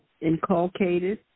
inculcated